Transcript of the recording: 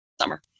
summer